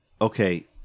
Okay